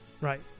Right